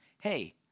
Hey